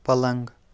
پَلنٛگ